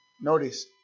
Notice